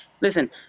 listen